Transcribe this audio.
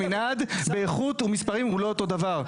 המנעד באיכות ומספרים הוא לא אותו דבר.